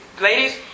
ladies